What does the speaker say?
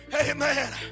Amen